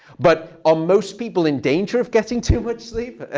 but on most people in danger of getting too much sleep, ah